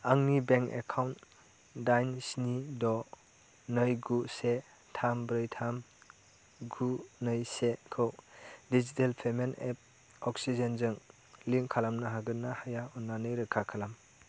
आंनि bank account दाइन स्नि द' नै गु से थाम ब्रै थाम गु नै सेखौ डिजिटेल पेमेन्ट एप अक्सिजेनजों लिंक खालामनो हागोन ना हाया अन्नानै रोखा खालाम